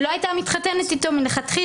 היא לא הייתה מתחתנת איתו מלכתחילה,